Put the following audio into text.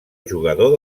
jugador